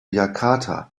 jakarta